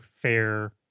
fair